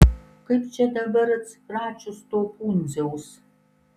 kaip čia dabar atsikračius to pundziaus